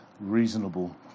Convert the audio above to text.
reasonable